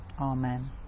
Amen